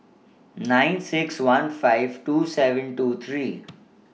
nine six one five two seven two three